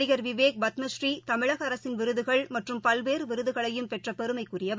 நடிகர் விவேக் பத்மரீ தமிழகஅரசின் விருதுகள் மற்றும் பல்வேறுவிருதுகளையும் பெற்றபெருமைக்குரியவர்